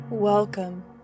Welcome